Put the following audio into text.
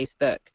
Facebook